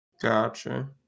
Gotcha